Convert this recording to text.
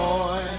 Boy